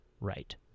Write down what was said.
right